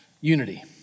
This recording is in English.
unity